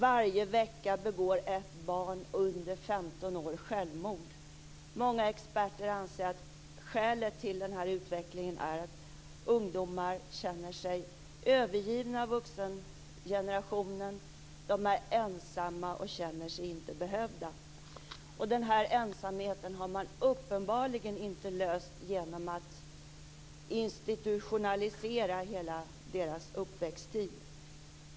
Varje vecka begår ett barn under 15 år självmord. Många experter anser att skälet till denna utveckling är att ungdomar känner sig övergivna av vuxengenerationen. De är ensamma och känner sig inte behövda. Denna ensamhet har man uppenbarligen inte kommit till rätta med genom att institutionalisera hela deras uppväxttid.